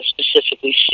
specifically